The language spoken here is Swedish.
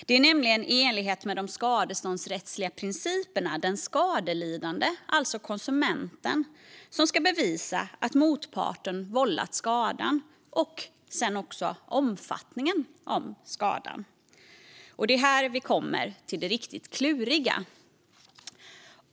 Det är nämligen i enlighet med de skadeståndsrättsliga principerna den skadelidande, alltså konsumenten, som ska bevisa att motparten har vållat skadan och bevisa omfattningen av skadan. Det är här vi kommer till det riktigt kluriga.